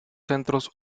centros